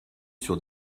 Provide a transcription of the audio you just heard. sur